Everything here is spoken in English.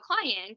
client